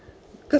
cause